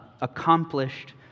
accomplished